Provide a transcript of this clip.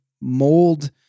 mold